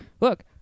look